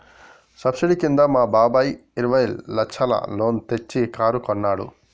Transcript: subsidy కింద మా బాబాయ్ ఇరవై లచ్చల లోన్ తెచ్చి కారు కొన్నాడు